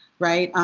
right?